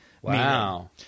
Wow